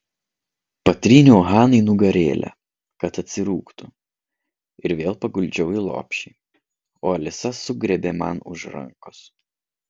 patryniau hanai nugarėlę kad atsirūgtų ir vėl paguldžiau į lopšį o alisa sugriebė man už rankos